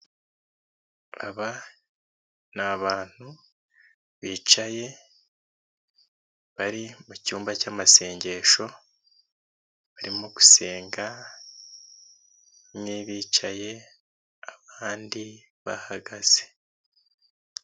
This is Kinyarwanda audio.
Aba ni abantu bicaye bari mu cyumba cy'amasengesho barimo gusengabamwe bicaye, abandi bahagaze.